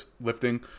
lifting